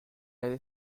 avait